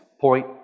point